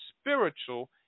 spiritual